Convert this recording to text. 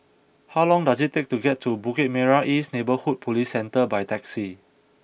how long does it take to get to Bukit Merah East Neighbourhood Police Centre by taxi